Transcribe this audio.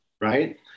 right